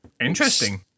Interesting